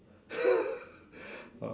ah